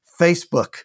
Facebook